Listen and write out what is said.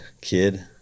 kid